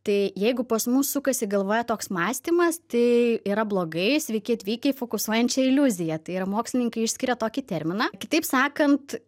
tai jeigu pas mus sukasi galvoje toks mąstymas tai yra blogai sveiki atvykę į fokusuojančią iliuziją tai yra mokslininkai išskiria tokį terminą kitaip sakant